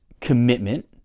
commitment